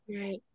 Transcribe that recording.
Right